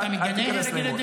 אתה מגנה הרג ילדים פלסטינים?